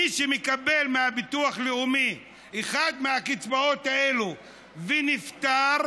מי שמקבל מהביטוח הלאומי אחת מהקצבאות האלה ונפטר